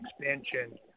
expansion